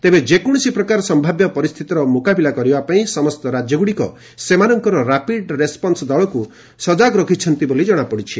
ତେବେ ଯେକୌଣସି ପ୍ରକାର ସମ୍ଭାବ୍ୟ ପରିସ୍ଥିତିର ମୁକାବିଲା କରିବା ପାଇଁ ସମସ୍ତ ରାଜ୍ୟଗୁଡିକ ସେମାନଙ୍କର ର୍ୟାପିଡ ରେସପନ୍ ଦଳକୁ ସଜାଗ ଜଣାପଡିବ